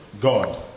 God